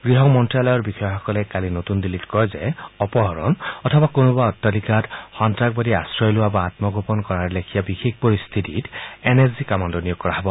গৃহ মন্ত্যালয়ৰ বিষয়াসকলে কালি নতুন দিল্লীত কয় যে অপহৰণ অথবা কোনো অট্টালিকাত সন্তাসবাদীয়ে আশ্ৰয় লোৱা বা আম্মগোপন কৰাৰ লেখিয়া বিশেষ পৰিস্থিতিত এন এছ জি কামাণ্ডো নিয়োগ কৰা হব